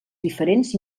diferents